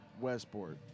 Westport